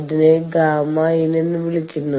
അതിനെ gamma in എന്ന് വിളിക്കുന്നു